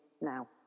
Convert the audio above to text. now